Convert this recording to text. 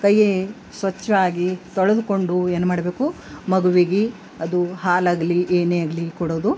ಕೈ ಸ್ವಚ್ಛವಾಗಿ ತೊಳೆದ್ಕೊಂಡು ಏನ್ಮಾಡ್ಬೇಕು ಮಗುವಿಗೆ ಅದು ಹಾಲಾಗಲಿ ಏನೇ ಆಗಲಿ ಕೊಡೋದು